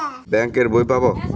Bank এর বই পাবো?